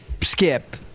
skip